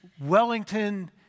Wellington